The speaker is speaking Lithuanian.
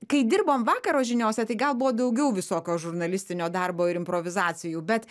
kai dirbom vakaro žiniose tai gal buvo daugiau visokio žurnalistinio darbo ir improvizacijų bet